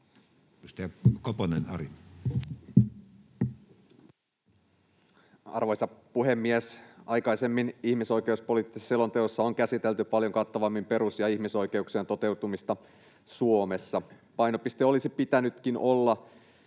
Arvoisa puhemies! Aikaisemmin ihmisoikeuspoliittisessa selonteossa on käsitelty paljon kattavammin perus- ja ihmisoikeuksien toteutumista Suomessa. Painopisteen olisi pitänyt olla